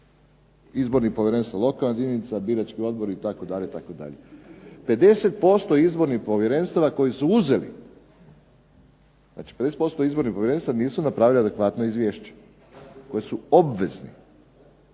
izbornih povjerenstava lokalnih jedinica, birački odbori itd. itd. 50% izbornih povjerenstava koji su uzeli, znači 50% izbornih povjerenstava nisu napravili adekvatno izvješće koje su obvezni,